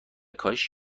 کاهش